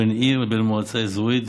בין עיר לבין מועצה אזורית,